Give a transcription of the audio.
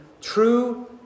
true